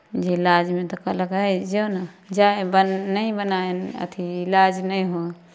जे इलाजमे तऽ कहलक हे जो ने जाइ नहि बनायब अथि इलाज नहि होत